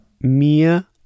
mir